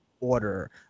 order